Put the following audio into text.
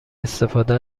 استفاده